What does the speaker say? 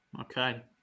Okay